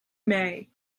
may